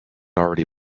already